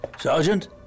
Sergeant